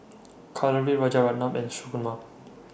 Kalluri Rajaratnam and Shunmugam